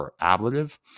ablative